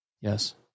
Yes